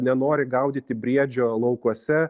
nenori gaudyti briedžio laukuose